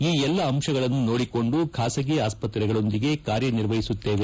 ಈ ಎಲ್ಲ ಅಂಶಗಳನ್ನು ನೋಡಿಕೊಂಡು ಖಾಸಗಿ ಆಸ್ವತ್ತೆಗಳೊಂದಿಗೆ ಕಾರ್ಯನಿರ್ವಹಿಸುತ್ತೇವೆ